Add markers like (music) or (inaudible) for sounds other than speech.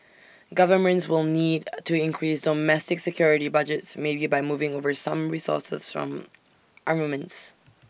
governments will need (hesitation) to increase domestic security budgets maybe by moving over some resources from armaments